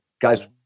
guys